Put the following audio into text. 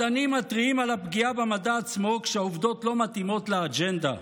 מדענים מתריעים על הפגיעה במדע עצמו כשהעובדות לא מתאימות לאג'נדה,